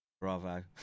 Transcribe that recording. Bravo